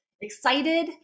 excited